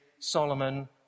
Solomon